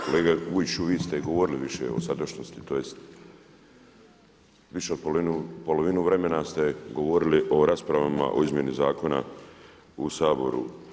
Kolega Vujčiću vi ste govorili više o sadašnjosti tj. više polovinu vremena ste govorili o raspravama o izmjeni zakona u Saboru.